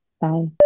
Bye